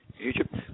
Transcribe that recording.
Egypt